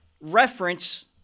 reference